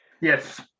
Yes